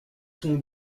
sont